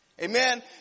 Amen